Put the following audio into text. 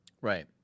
Right